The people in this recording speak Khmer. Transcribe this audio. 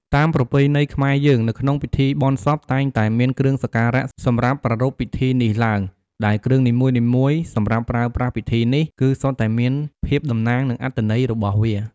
តាមប្រពៃណីខ្មែរយើង នៅក្នុងពិធីបុណ្យសពតែងតែមានគ្រឿងសក្ការៈសម្រាប់ប្រារព្ធពិធីនេះឡើង ដែលគ្រឿងនីមួយៗសម្រាប់ប្រើប្រាស់ពិធីនេះ គឺសុទ្ធតែមានភាពតំណាងនិងអត្ថន័យរបស់វា។